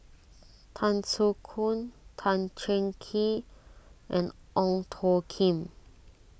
Tan Soo Khoon Tan Cheng Kee and Ong Tjoe Kim